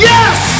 Yes